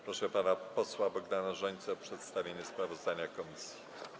Proszę pana posła Bogdana Rzońcę o przedstawienie sprawozdania komisji.